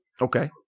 Okay